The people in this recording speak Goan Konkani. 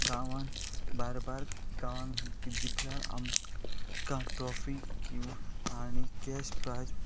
गांवान बार बार गांवान जिकल्यार आमकां ट्रोफी किंवां आनी कॅश प्रायज